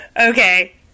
okay